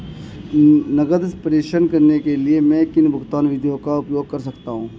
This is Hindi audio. नकद प्रेषण करने के लिए मैं किन भुगतान विधियों का उपयोग कर सकता हूँ?